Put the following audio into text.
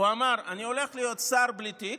הוא אמר: אני הולך להיות שר בלי תיק,